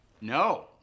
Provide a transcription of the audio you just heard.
No